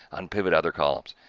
unpivot other columns,